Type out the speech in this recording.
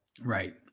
right